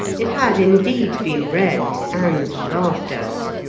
it had indeed, been read and laughed at.